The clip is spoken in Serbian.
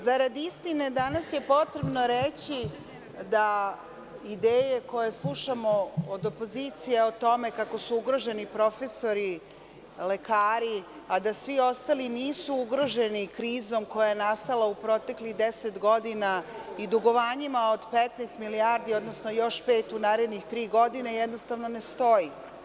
Zarad istine, danas je potrebno reći da ideje koje slušamo od opozicije o tome kako su ugroženi profesori, lekari, a da svi ostali nisu ugroženi krizom koja je nastala u proteklih 10 godina i dugovanjima od 15 milijardi, odnosno još pet u narednih tri godine, jednostavno ne stoji.